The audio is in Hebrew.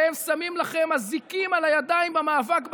והם שמים לכם אזיקים על הידיים במאבק בטרור,